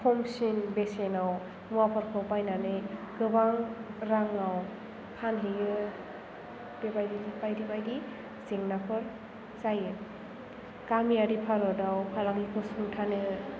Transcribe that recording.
खमसिन बेसेनाव मुवाफोरखौ बायनानै गोबां राङाव फानहैयो बेबायदिनो बायदि बायदि जेंनाफोर जायो गामियारि भारतआव फालांगिखौ सुंथानो